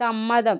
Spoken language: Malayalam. സമ്മതം